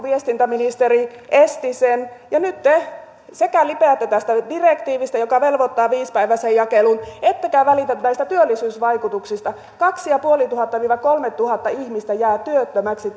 viestintäministeri kiuru esti sen nyt te lipeätte tästä direktiivistä joka velvoittaa viisipäiväiseen jakeluun ettekä välitä näistä työllisyysvaikutuksista tämän lakiesityksen myötä kaksituhattaviisisataa viiva kolmetuhatta ihmistä jää työttömäksi